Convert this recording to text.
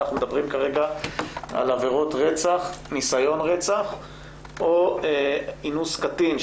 אנחנו מדברים כרגע על עבירות רצח או ניסיון רצח או אינוס קטין,